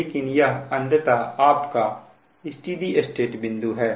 लेकिन यह अंततः आपका स्टेडी स्टेट बिंदु है